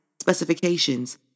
specifications